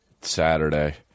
Saturday